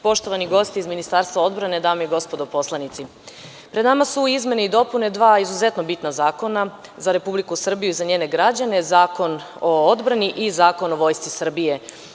Poštovani gosti iz Ministarstva odbrane, dame i gospodo poslanici, pred nama su izmena i dopune dva izuzetno bitna zakona za Republiku Srbiju i za njene građene – Zakon o odbrani i Zakon o Vojsci Srbije.